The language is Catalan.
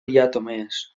diatomees